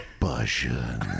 passion